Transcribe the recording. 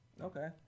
Okay